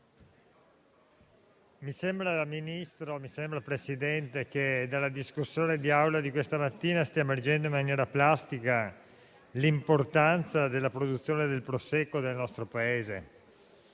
signor Ministro, mi sembra che dalla discussione di questa mattina stia emergendo in maniera plastica l'importanza della produzione del Prosecco nel nostro Paese.